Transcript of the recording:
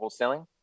wholesaling